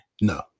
no